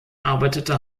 arbeitete